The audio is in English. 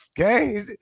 Okay